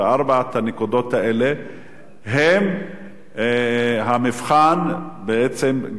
ארבע הנקודות האלה הן המבחן בעצם,